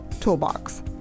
toolbox